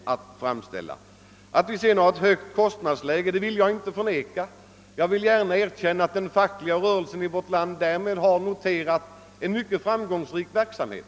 Jag vill inte förneka att vi har ett högt kostnadsläge, men jag vill gärna erkänna att den fackliga rörelsen i vårt land kan notera en mycket framgångsrik verksamhet.